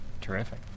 terrific